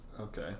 okay